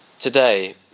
Today